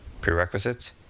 Prerequisites